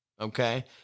Okay